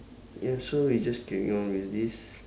ya so we just carry on with this